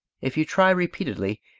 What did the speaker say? if you try repeatedly,